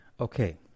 okay